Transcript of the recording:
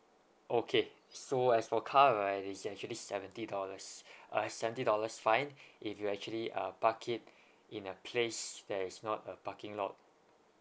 okay so as for car right it's actually seventy dollars a seventy dollars fine if you actually uh park it in a place that is not a parking lot